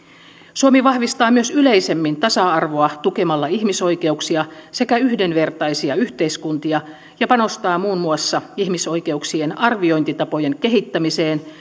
suomi vahvistaa myös yleisemmin tasa arvoa tukemalla ihmisoikeuksia sekä yhdenvertaisia yhteiskuntia ja panostaa muun muassa ihmisoikeuksien arviointitapojen kehittämiseen